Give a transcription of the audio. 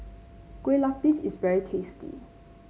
Kue Lupis is very tasty